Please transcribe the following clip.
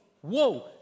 Whoa